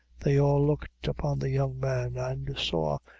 they all looked upon the young man, and saw,